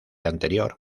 anterior